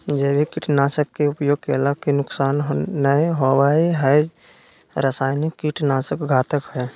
जैविक कीट नाशक के उपयोग कैला से नुकसान नै होवई हई रसायनिक कीट नाशक घातक हई